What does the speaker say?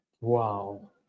Wow